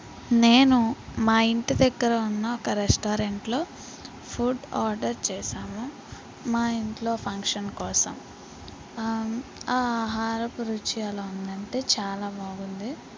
నేను మా ఇంటి దగ్గర ఉన్న ఒక రెస్టారెంట్లో ఫుడ్ ఆర్డర్ చేశాము మా ఇంట్లో ఫంక్షన్ కోసం ఆహారపు రుచి ఎలా ఉంది అంటే చాలా బాగుంది